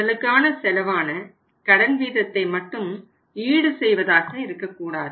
முதலுக்கான செலவான கடன் வீதத்தை மட்டும் ஈடு செய்வதாக இருக்கக் கூடாது